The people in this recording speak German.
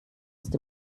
ist